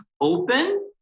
open